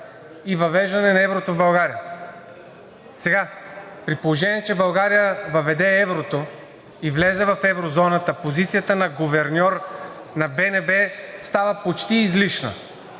и въвеждане на еврото в България. При положение че България въведе еврото и влезе в еврозоната, позицията на гуверньор на БНБ става почти излишна.